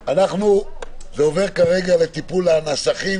זה עובר כרגע לטיפול הנסחים